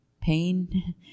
pain